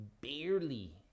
barely